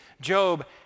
Job